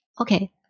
Okay